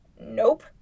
Nope